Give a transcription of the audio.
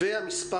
והמספר